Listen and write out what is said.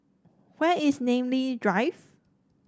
where is Namly Drive